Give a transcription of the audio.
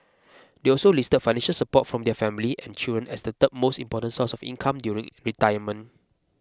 they also listed financial support from their family and children as the third most important source of income during retirement